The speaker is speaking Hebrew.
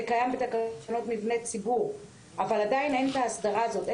זה קיים בתקנות מבני ציבור אבל עדיין אין את ההסדרה הזאת,